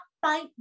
fight